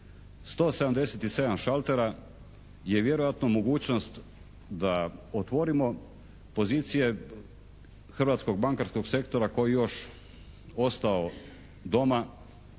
177 šaltera je vjerojatno mogućnost da otvorimo pozicije hrvatskog bankarskog sektora koji je još ostao doma,